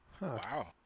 Wow